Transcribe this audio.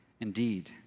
Indeed